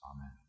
Amen